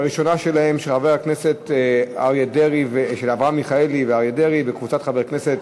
והראשונה שבהן של חבר הכנסת אברהם מיכאלי ואריה דרעי וקבוצת חברי הכנסת,